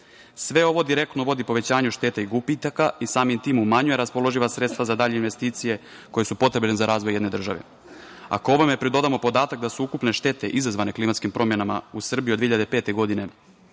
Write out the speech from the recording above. ovo direktno vodi povećanju štete i gubitaka i samim tim umanjuje raspoloživa sredstva za dalje investicije, koje su potrebne za razvoj jedne države. Ako ovome pridodamo podatak da su ukupne štete izazvane klimatskim promenama u Srbiji od 2005. godine